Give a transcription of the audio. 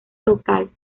local